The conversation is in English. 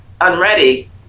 unready